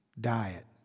diet